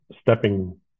stepping